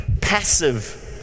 Passive